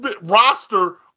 roster